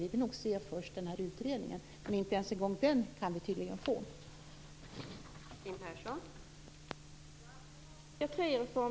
Vi vill nog först se utredningen, men vi kan tydligen inte ens få en sådan.